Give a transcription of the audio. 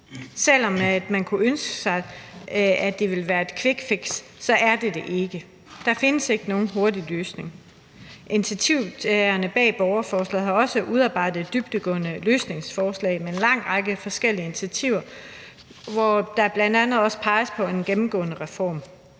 Selv om man kunne ønske sig, at det ville være et quickfix, er det det ikke. Der findes ikke nogen hurtig løsning. Initiativtagerne bag borgerforslaget har også udarbejdet dybdegående løsningsforslag i form af en lang række forskellige initiativer, hvor der bl.a. også peges på en gennemgående reform.